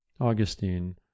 Augustine